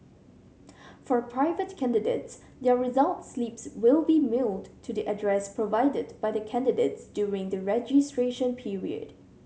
for private candidates their result slips will be mailed to the address provided by the candidates during the registration period